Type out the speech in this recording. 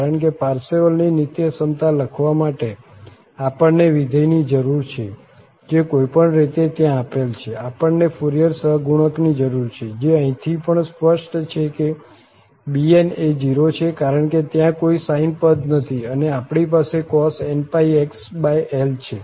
કારણ કે પારસેવલની નિત્યસમતા લખવા માટે આપણને વિધેયની જરૂર છે જે કોઈપણ રીતે ત્યાં આપેલ છે આપણને ફુરિયર સહગુણકની જરૂર છે જે અહીંથી પણ સ્પષ્ટ છે કે bn એ 0 છે કારણ કે ત્યાં કોઈ sine પદ નથી અને આપણી પાસે cos⁡nπxL છે